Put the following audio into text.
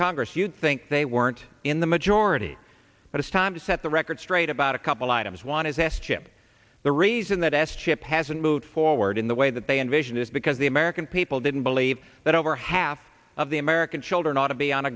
congress you'd think they weren't in the majority but it's time to set the record straight about a couple items want as s chip the reason that s chip hasn't moved forward in the way that they envision is because the american people didn't believe that over half of the american children ought to be on a